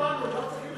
צריך להתחשב בנו.